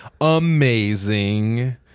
amazing